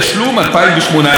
התשע"ח 2018,